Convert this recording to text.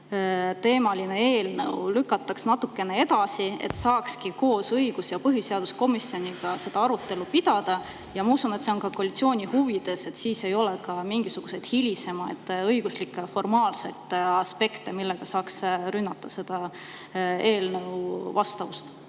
eelnõu lükataks natukene edasi, et saaks koos õiguskomisjoni ja põhiseaduskomisjoniga seda arutelu pidada? Ma usun, et see on ka koalitsiooni huvides, et ei oleks mingisuguseid hilisemaid õiguslikke formaalseid aspekte, millega saaks rünnata selle eelnõu vastavust